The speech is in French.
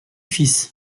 fils